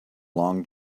long